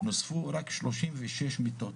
נוספו רק שלושים ושש מיטות,